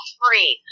free